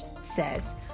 says